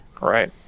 right